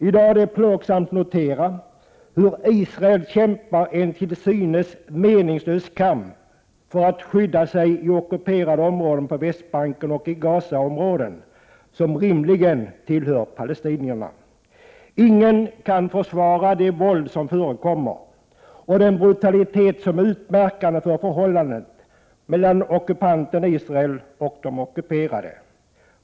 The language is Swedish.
I dag är plågsamt att notera hur Israel kämpar en till synes meningslös kamp för att skydda sig i ockuperade områden på Västbanken och i Gazaområdet som rimligen tillhör palestinierna. Ingen kan försvara det våld som förekommer och den brutalitet som är utmärkande för förhållandet mellan ockupanten Israel och de ockuperade.